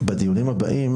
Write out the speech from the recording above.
בדיונים הבאים